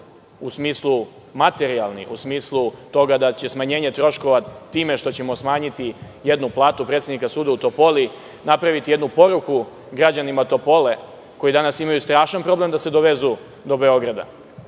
smislu, u smislu toga da će smanjenje troškova time što ćemo smanjiti jednu platu predsednika suda u Topoli napraviti jednu poruku građanima Topole, koji danas imaju strašan problem da se dovezu do Beograda…